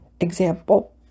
example